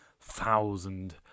thousand